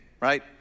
right